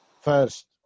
first